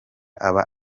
aba